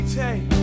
take